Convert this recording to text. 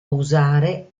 usare